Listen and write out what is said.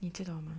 你知道吗